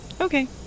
Okay